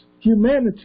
humanity